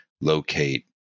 locate